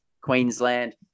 Queensland